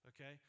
okay